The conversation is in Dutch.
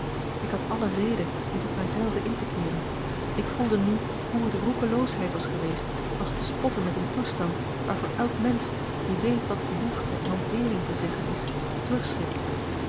ik had alle reden om tot mij zelve in te keeren ik voelde nu hoe het roekeloosheid was geweest als te spotten met een toestand waarvoor elk mensch die weet wat behoefte en ontbering te zeggen is